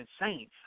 insane